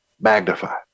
magnified